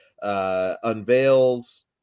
unveils